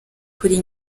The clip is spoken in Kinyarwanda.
kuri